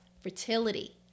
fertility